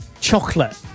chocolate